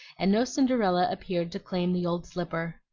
and no cinderella appeared to claim the old slipper.